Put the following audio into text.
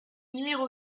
numéro